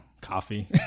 coffee